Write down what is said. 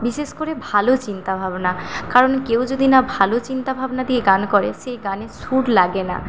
বিশেষ করে ভালো চিন্তাভাবনা কারণ কেউ যদি না ভালো চিন্তাভাবনা দিয়ে গান করে সেই গানের সুর লাগে না